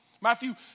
Matthew